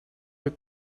your